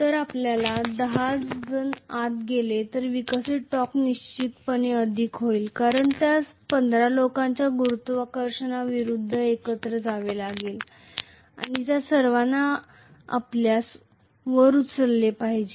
जर आपल्यातील 15 जण आत गेले तर विकसित टॉर्क निश्चितच अधिक होईल कारण त्यास 15 लोकांच्या गुरुत्वाकर्षणाविरूद्ध एकत्र जावे लागेल त्या सर्वांनी आपल्यास वर उचलले पाहिजे